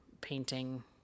painting